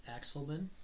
Axelman